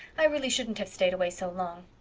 i really shouldn't have stayed away so long.